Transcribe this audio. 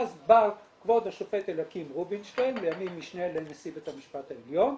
אז בא כב' השופט אליקים רובינשטיין לימים משנה לנשיא ביהמ"ש העליון,